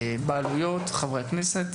בעלויות וחברי הכנסת,